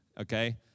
okay